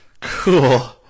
Cool